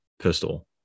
pistol